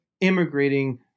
immigrating